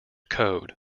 code